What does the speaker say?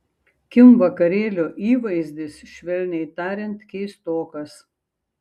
kim vakarėlio įvaizdis švelniai tariant keistokas